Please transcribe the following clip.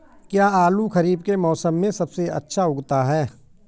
क्या आलू खरीफ के मौसम में सबसे अच्छा उगता है?